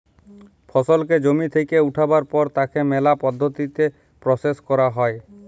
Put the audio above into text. ফসলকে জমি থেক্যে উঠাবার পর তাকে ম্যালা পদ্ধতিতে প্রসেস ক্যরা হ্যয়